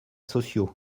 sociaux